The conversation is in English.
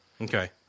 Okay